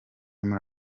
muri